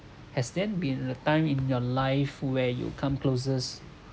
has then been a time in your life where you come closest